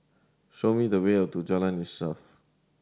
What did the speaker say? show me the way to Jalan Insaf